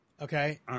Okay